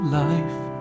life